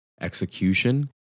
execution